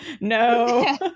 No